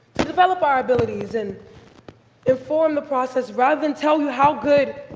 to develop our abilities and inform the process rather than tell you how good,